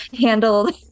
handled